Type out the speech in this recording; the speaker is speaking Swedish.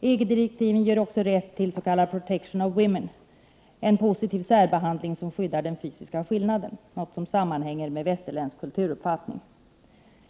EG-direktiven ger också rätt till ”protection of women” — en positiv särbehandling som skyddar den fysiska skillnaden, något som sammanhänger med västerländsk kulturuppfattning.